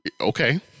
Okay